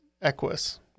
Equus